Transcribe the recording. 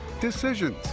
Decisions